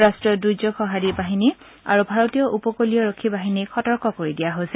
ৰাষ্ট্ৰীয় দুৰ্যোগ সহাৰি বাহিনী আৰু ভাৰতীয় উপকীল ৰক্ষী বাহিনীক সতৰ্ক কৰি দিয়া হৈছে